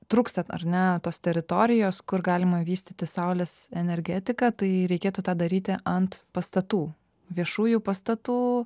trūksta ar ne tos teritorijos kur galima vystyti saulės energetiką tai reikėtų tą daryti ant pastatų viešųjų pastatų